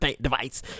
device